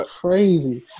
crazy